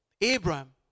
Abraham